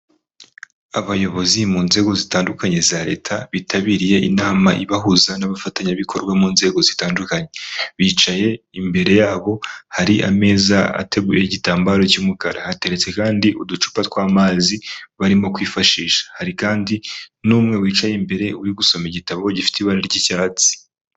Abayobozi mu nzego zitandukanye za leta, bitabiriye inama ibahuza n'abafatanyabikorwa mu nzego zitandukanye, bicaye imbere yabo hari ameza ateguyeho igitambaro cy'umukara, hateretse kandi uducupa tw'amazi barimo kwifashisha, hari kandi n'umwe wicaye imbere uri gusoma igitabo gifite ibara ry'icyatsi.